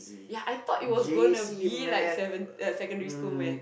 ya I thought it was gonna be like seven uh secondary school maths